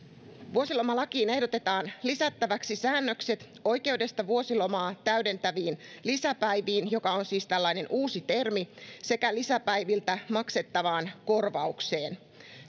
vuosilomalakiin ehdotetaan lisättäväksi säännökset oikeudesta vuosilomaa täydentäviin lisäpäiviin joka on siis tällainen uusi termi sekä lisäpäiviltä maksettavaan korvaukseen